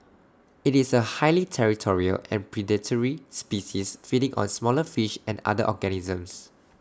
IT is A highly territorial and predatory species feeding on smaller fish and other organisms